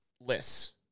lists